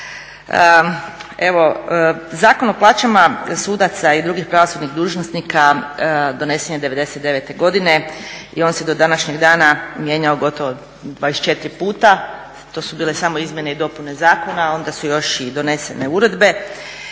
Evo Zakon o plaćama sudaca i drugih pravosudnih dužnosnika donesen je '99.godine i on se do današnjeg dana mijenjao gotovo 24 puta. To su bile samo izmjene i dopune zakona, a onda su još donesene uredbe